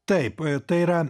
taip tai yra